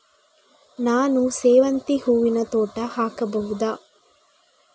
ನಾನು ಸೇವಂತಿ ಹೂವಿನ ತೋಟ ಹಾಕಬಹುದಾ?